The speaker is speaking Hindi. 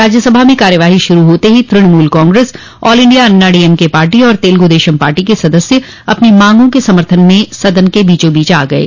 राज्यसभा में कार्यवाही शुरू होते ही Trinamool Congress all India Anna DMK party और तेलगुदेश पार्टी के सदस्य अपनी मांगों के समर्थन में सदन के बीचोबीच आ गये